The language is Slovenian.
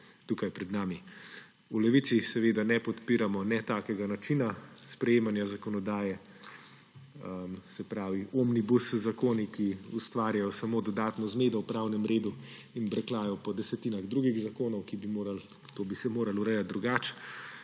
tukaj pred nami. V Levici seveda ne podpiramo ne takega načina sprejemanja zakonodaje, se pravi omnibus zakoni, ki ustvarjajo samo dodatno zmedo v pravnem redu in brkljajo po desetinah drugih zakonov, to bi se moralo urejati drugače;